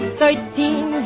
thirteen